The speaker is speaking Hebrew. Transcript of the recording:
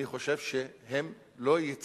אני חושב שהם לא יצטרכו